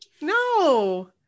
no